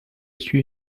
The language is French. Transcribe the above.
suis